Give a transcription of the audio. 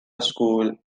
school